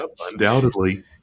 undoubtedly